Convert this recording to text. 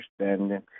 understanding